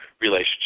relationship